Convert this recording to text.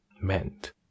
Meant